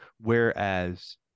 whereas